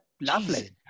Lovely